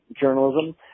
journalism